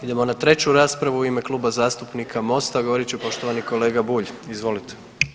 Idemo na treću raspravu u ime Kluba zastupnika MOST-a govorit će poštovani kolega Bulj, izvolite.